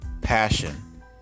passion